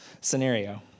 scenario